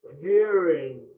hearing